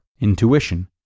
Intuition